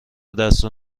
دستور